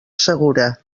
segura